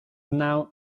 now